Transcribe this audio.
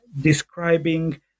describing